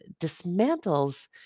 dismantles